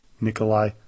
Nikolai